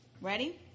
Ready